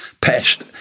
Pest